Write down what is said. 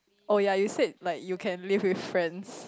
oh ya you said like you can live with friends